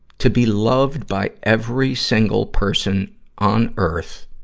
to be loved by every single person on earth,